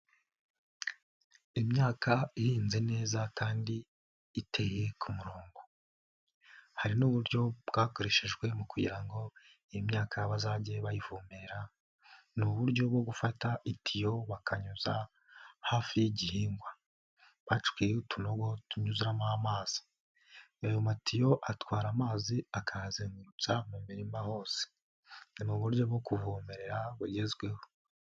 Imyaka ihinze neza kandi iteye ku murongo hari n'uburyo bwakoreshejwe mu kugira ngo imyaka bazajye bayivomerera, ni uburyo bwo gufata itiyo bakanyuza hafi y'igihingwa, bacukuyeho utunogo tunyuzuramo amazi, ayo matiyo atwara amazi akayazengurutsa mu mirima hose, ni mu buryo bwo kuvomerera bugezweho.